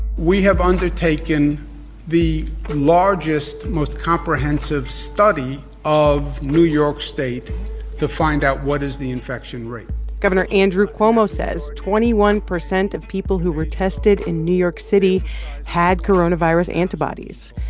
we have undertaken the largest, most comprehensive study of new york state to find out what is the infection rate gov. and andrew cuomo says twenty one percent of people who were tested in new york city had coronavirus antibodies.